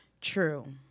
true